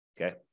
okay